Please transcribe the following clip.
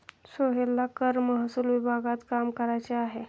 सोहेलला कर महसूल विभागात काम करायचे आहे